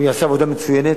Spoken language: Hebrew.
הוא יעשה עבודה מצוינת,